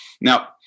Now